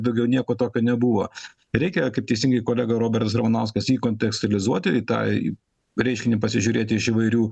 daugiau nieko tokio nebuvo reikia kaip teisingai kolega robertas ramanauskas jį kontekstializuoti į tai reiškinį pasižiūrėti iš įvairių